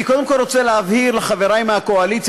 אני קודם כול רוצה להבהיר לחברי מהקואליציה,